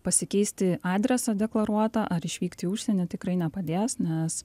pasikeisti adresą deklaruotą ar išvykti į užsienį tikrai nepadės nes